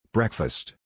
Breakfast